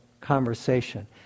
conversation